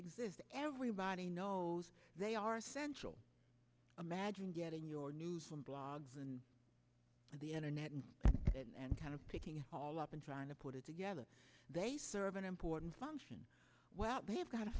exist everybody knows they are essential imagine getting your news from blogs and the internet and kind of taking it all up and trying to put it together they serve an important function well they've got to